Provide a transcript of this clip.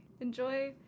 enjoy